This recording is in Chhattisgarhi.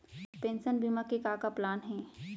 पेंशन बीमा के का का प्लान हे?